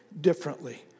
differently